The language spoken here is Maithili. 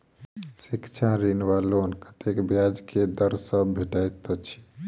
शिक्षा ऋण वा लोन कतेक ब्याज केँ दर सँ भेटैत अछि?